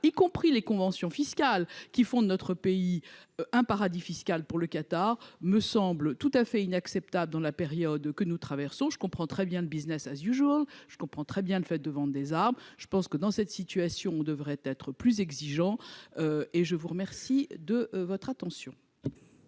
y compris les conventions fiscales qui font de notre pays, un paradis fiscal pour le Qatar, me semble tout à fait inacceptable dans la période que nous traversons, je comprends très bien de Business as du jour, je comprends très bien le fait de vendre des armes, je pense que dans cette situation, on devrait être plus exigeant et je vous remercie de votre attention.